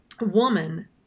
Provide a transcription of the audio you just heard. woman